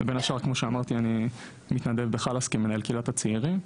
ובין השאר אני גם מתנדב ב- ׳חלאסרטן׳ כמנהל קהילת הצעירים.